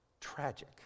tragic